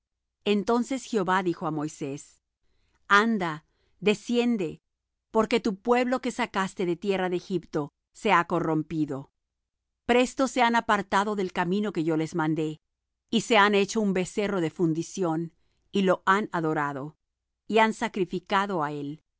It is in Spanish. entonces jehová dijo á moisés anda desciende porque tu pueblo que sacaste de tierra de egipto se ha corrompido presto se han apartado del camino que yo les mandé y se han hecho un becerro de fundición y lo han adorado y han sacrificado á él